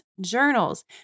journals